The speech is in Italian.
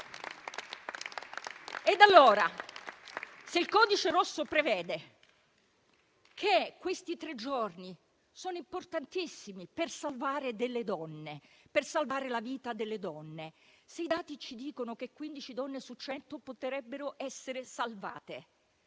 Se il codice rosso prevede che i tre giorni sono importantissimi per salvare delle donne, per salvare loro la vita; se i dati ci dicono che 15 donne su 100 potrebbero essere salvate,